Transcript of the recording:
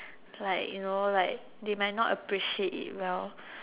like you know like they might not appreciate it well